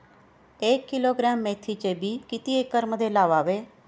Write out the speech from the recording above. एक किलोग्रॅम मेथीचे बी किती एकरमध्ये लावावे?